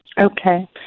Okay